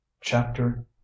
chapter